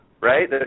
right